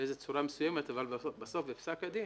באיזה צורה מסוימת, אבל בסוף בפסק הדין